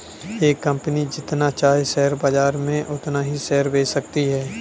एक कंपनी जितना चाहे शेयर बाजार में उतना शेयर बेच सकती है